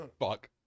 Fuck